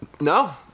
No